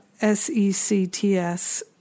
S-E-C-T-S